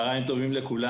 צהרים טובים לכולם.